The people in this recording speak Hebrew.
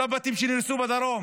ולאותם בתים שנהרסו בדרום.